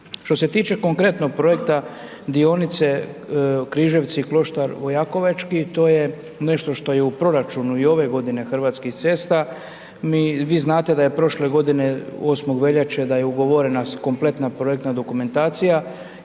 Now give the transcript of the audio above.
Što se tiče konkretnog projekta dionice Križevci-Kloštar Vojakovački, to je nešto što je u proračunu i ove godine Hrvatskih cesta, vi znate da je prošle godine 8. veljače da je ugovorena kompletna projektna dokumentacija